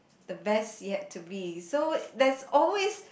the best yet to be so there's always